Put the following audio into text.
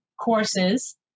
courses